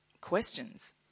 questions